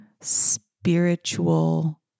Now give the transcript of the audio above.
spiritual